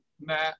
Matt